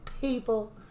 people